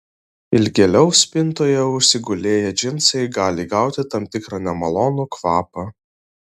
ilgėliau spintoje užsigulėję džinsai gali įgauti tam tikrą nemalonų kvapą